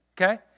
okay